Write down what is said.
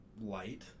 light